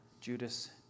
Judas